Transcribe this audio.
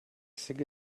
think